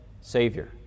Savior